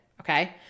okay